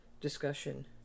discussion